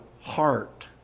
heart